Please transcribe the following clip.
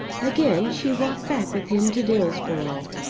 again she walked back with him to dillsborough,